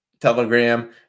Telegram